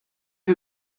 you